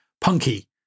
punky